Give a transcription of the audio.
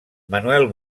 manuel